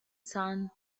son